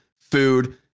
food